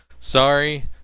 Sorry